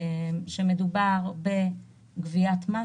שמדובר בגביית מס